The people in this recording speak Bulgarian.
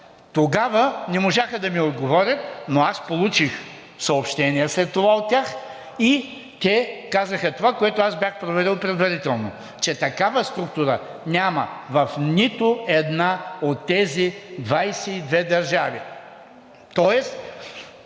Тогава не можаха да ми отговорят, но аз получих съобщение след това от тях и те казаха това, което аз бях проверил предварително – че такава структура няма в нито една от тези 22 държави.